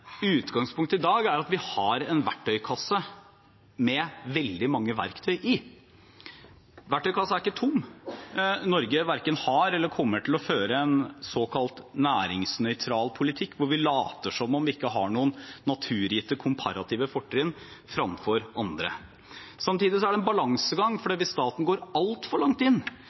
utgangspunktet i dag er at vi har en verktøykasse med veldig mange verktøy i. Verktøykassen er ikke tom. Norge verken har eller kommer til å føre en såkalt næringsnøytral politikk, hvor vi later som om vi ikke har noen naturgitte komparative fortrinn framfor andre. Samtidig er det en balansegang, for hvis staten går altfor langt inn,